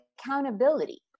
accountability